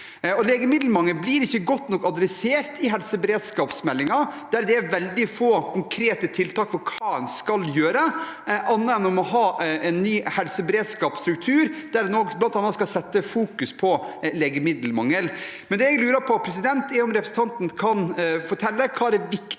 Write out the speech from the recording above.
Legemiddelmangel blir ikke godt nok behandlet i helseberedskapsmeldingen, der det er veldig få konkrete tiltak om hva en skal gjøre, annet enn å ha en ny helseberedskapsstruktur, som også bl.a. skal fokusere på legemiddelmangel. Det jeg lurer på, er om representanten kan fortelle hva som er det